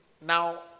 Now